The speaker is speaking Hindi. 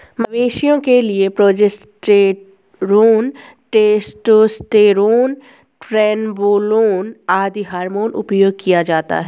मवेशियों के लिए प्रोजेस्टेरोन, टेस्टोस्टेरोन, ट्रेनबोलोन आदि हार्मोन उपयोग किया जाता है